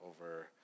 over